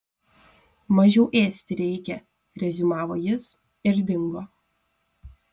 mažiau ėsti reikia reziumavo jis ir dingo